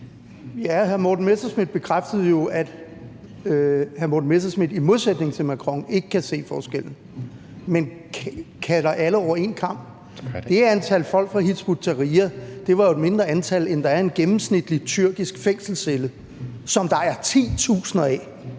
Hr. Morten Messerschmidt bekræftede jo, at han i modsætning til Macron ikke kan se forskellen, men skærer alle over én kam. Det antal folk fra Hizb ut-Tahrir var jo et mindre antal, end der er i en gennemsnitlig tyrkisk fængselscelle, som der er titusinder